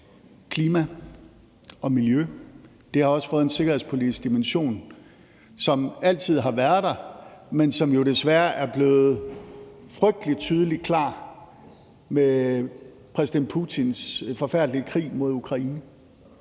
klima og miljø. Det har også en sikkerhedspolitisk dimension, som altid har været der, men som jo desværre er blevet frygtelig tydeligt og klart med præsident Putins forfærdelige krig mod Ukraine.